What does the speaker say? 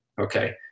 Okay